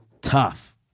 tough